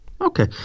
Okay